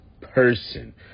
person